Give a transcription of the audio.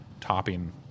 topping